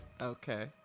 Okay